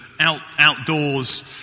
outdoors